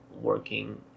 working